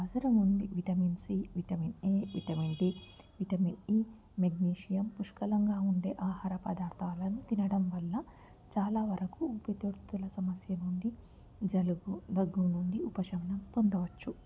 అవసరం ఉంది vitamin C vitamin A vitamin D vitamin E magnesium పుష్కలంగా ఉండే ఆహార పదార్థాలను తినడం వల్ల చాలావరకు ఊపిరితిత్తుల సమస్య నుండి జలుబు దగ్గు నుండి ఉపశమనం పొందవచ్చు